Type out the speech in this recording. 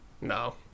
No